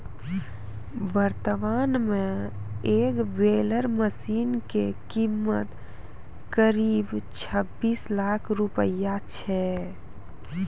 वर्तमान मॅ एक बेलर मशीन के कीमत करीब छब्बीस लाख रूपया छै